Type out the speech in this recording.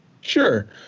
Sure